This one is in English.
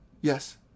Yes